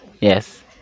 Yes